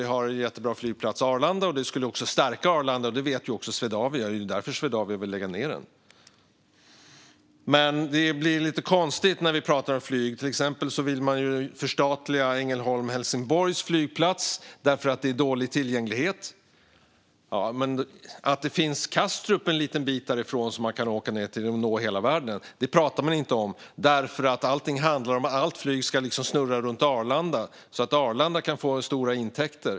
Vi har en jättebra flygplats i Arlanda, och det skulle också stärka Arlanda om Bromma lades ned. Det vet också Swedavia, och det är därför de vill lägga ned Bromma. Det blir lite konstigt när vi pratar om flyg. Man vill till exempel förstatliga Ängelholm-Helsingborgs flygplats därför att tillgängligheten är dålig. Men att Kastrup, dit man kan åka för att nå hela världen, finns en liten bit därifrån pratar man inte om. Allting handlar i stället om att allt flyg ska snurra runt Arlanda så att Arlanda kan få stora intäkter.